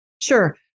Sure